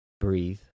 breathe